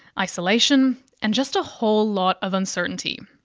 isolation and just a whole lot of uncertainty.